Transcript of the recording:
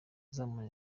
kuzamura